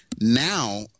Now